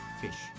fish